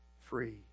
free